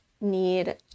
need